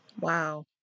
Wow